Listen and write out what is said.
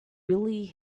really